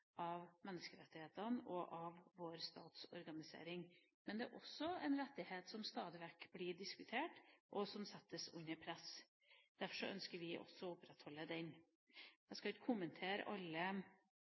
av menneskerettighetene og av vår statsorganisering. Men det er også en rettighet som stadig vekk blir diskutert, og som settes under press. Derfor ønsker vi også å opprettholde det forslaget. Jeg